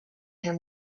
him